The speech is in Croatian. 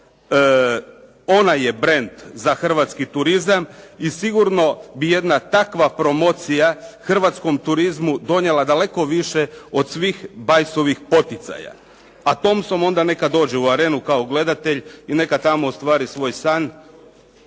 Ona je brend za hrvatski turizam i sigurno bi jedna takva promocija hrvatskom turizmu donijela daleko više od svih Bajsovih poticaja. A Thompson onda neka dođe u Arenu kao gledatelj i neka tamo ostvari svoj san,